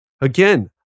Again